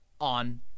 on